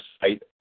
site